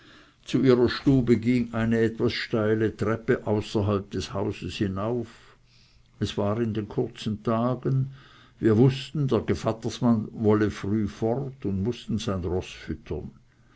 zu ihrer stube ging eine etwas steile treppe außerhalb des hauses hinauf es war in den kurzen tagen wir wußten der gevattersmann wolle früh fort und mußten sein roß füttern